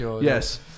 Yes